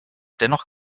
dennoch